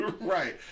Right